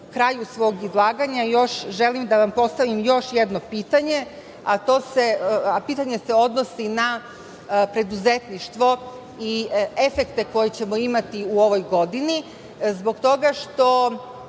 kraju svog izlaganja želim da vam postavim još jedno pitanje, a pitanje se odnosi na preduzetništvo i efekte koje ćemo imati u ovoj godini zbog toga što